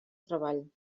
treball